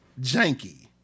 janky